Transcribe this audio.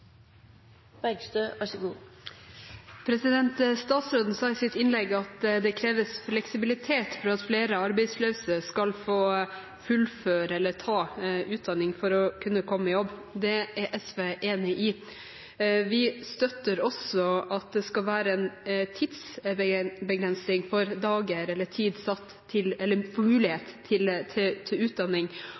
Statsråden sa i sitt innlegg at det kreves fleksibilitet for at flere arbeidsløse skal få fullføre eller ta utdanning for å kunne komme i jobb. Det er SV enig i. Vi støtter også at det skal være en